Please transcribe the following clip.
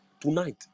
Tonight